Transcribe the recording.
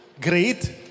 great